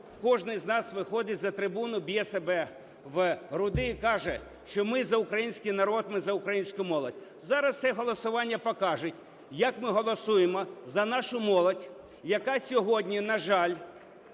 кожний з нас виходить за трибуну, б'є себе в груди і каже, що "ми за український народ, ми за українську молодь". Зараз це голосування покаже, як ми голосуємо за нашу молодь, яка сьогодні, на жаль,